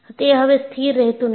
તે હવે સ્થિર રહેતું નથી